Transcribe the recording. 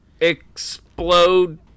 explode